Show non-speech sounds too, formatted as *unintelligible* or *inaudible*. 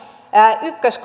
ykkös *unintelligible*